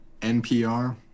npr